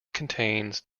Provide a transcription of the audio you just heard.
contains